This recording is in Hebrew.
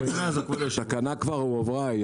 אבל התקנה כבר עברה.